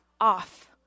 off